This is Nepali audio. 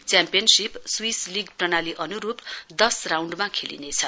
च्याम्पियनशीप स्वीस लीग प्रणाली अनुरुप दश राउण्डमा खेलिनेछ